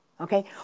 okay